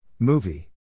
Movie